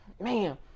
man